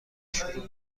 شروع